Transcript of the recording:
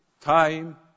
time